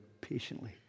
patiently